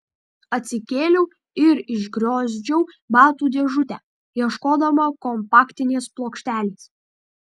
atsikėliau ir išgriozdžiau batų dėžutę ieškodama kompaktinės plokštelės